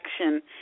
action